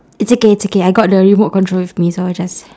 it's okay it's okay I got the remote control with me so I'll just